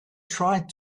tried